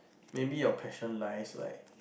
maybe your passion lies like